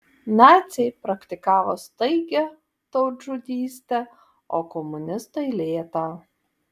naciai praktikavo staigią tautžudystę o komunistai lėtą